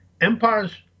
empires